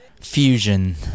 fusion